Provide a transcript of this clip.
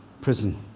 prison